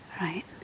right